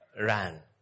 ran